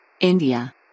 India